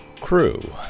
Crew